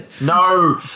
No